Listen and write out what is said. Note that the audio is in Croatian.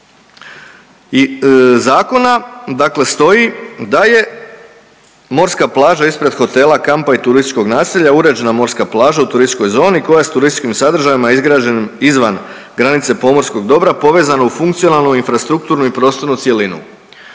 dakle stoji da je morska plaža ispred hotela, kampa i turističkog naselja uređena morska plaža u turističkoj zoni koja s turističkim sadržajima izgrađenim izvan granice pomorskog dobra povezana u funkcionalnu, infrastrukturnu i prostornu cjelinu.